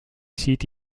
seat